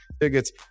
Tickets